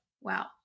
Wow